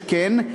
שכן,